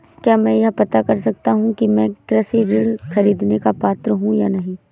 क्या मैं यह पता कर सकता हूँ कि मैं कृषि ऋण ख़रीदने का पात्र हूँ या नहीं?